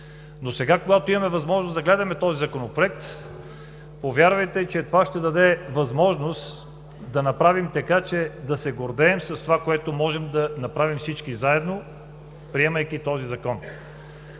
Сега, когато имаме възможност да гледаме този Законопроект, повярвайте, че това ще даде възможност да направим така, че да се гордеем с онова, което можем да направим всички заедно, приемайки този Закон.